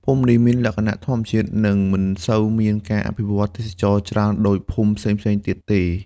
ភូមិនេះមានលក្ខណៈធម្មជាតិ និងមិនសូវមានការអភិវឌ្ឍន៍ទេសចរណ៍ច្រើនដូចភូមិផ្សេងៗទៀតទេ។